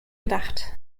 gedacht